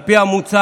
על פי המוצע,